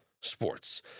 sports